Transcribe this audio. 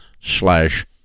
slash